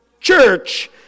church